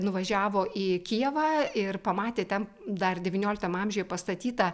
nuvažiavo į kijevą ir pamatė ten dar devynioliktam amžiuje pastatytą